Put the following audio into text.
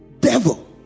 devil